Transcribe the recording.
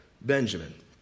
Benjamin